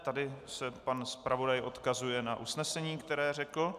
Tady se pan zpravodaj odkazuje na usnesení, které řekl.